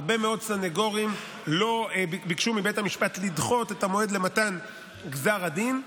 הרבה מאוד סנגורים ביקשו מבית המשפט לדחות את המועד למתן גזר הדין,